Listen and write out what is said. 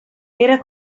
era